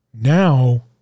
Now